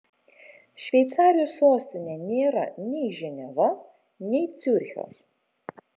šveicarijos sostinė nėra nei ženeva nei ciurichas